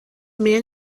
man